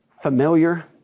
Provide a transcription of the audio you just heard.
familiar